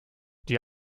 die